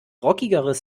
rockigeres